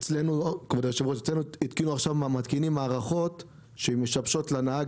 אצלנו עכשיו התקינו מתקיני מערכות שמשבשות לנהג